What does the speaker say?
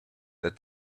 that